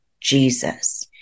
Jesus